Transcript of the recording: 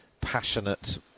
passionate